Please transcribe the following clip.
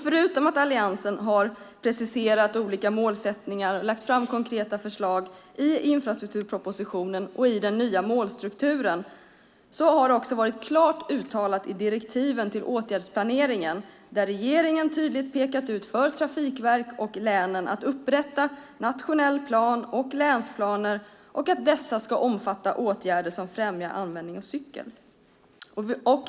Förutom att Alliansen har preciserat olika målsättningar och lagt fram konkreta förslag i infrastrukturpropositionen och i den nya målstrukturen har det varit klart uttalat i direktiven till åtgärdsplaneringen där regeringen tydligt har pekat ut för trafikverken och länen att upprättande av nationell plan och länsplaner ska omfatta åtgärder som främjar användning av cykel.